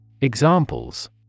Examples